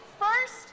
first